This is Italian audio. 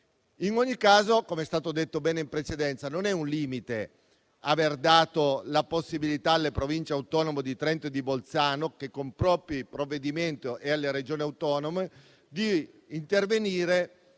In ogni caso - come è stato detto bene in precedenza - non è un limite aver dato la possibilità, alle Province autonome di Trento e di Bolzano e alle Regioni autonome, di intervenire